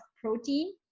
protein